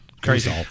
Crazy